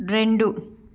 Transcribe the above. రెండు